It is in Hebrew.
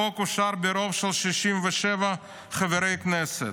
החוק אושר ברוב של 67 חברי כנסת.